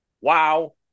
wow